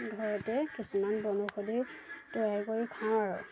ঘৰতে কিছুমান বনৌষধি তৈয়াৰ কৰি খাওঁ আৰু